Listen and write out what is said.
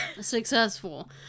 Successful